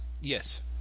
Yes